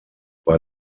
war